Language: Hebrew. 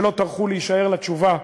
שלא טרחו להישאר לתשובה,